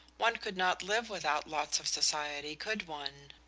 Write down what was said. one could not live without lots of society, could one?